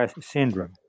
syndrome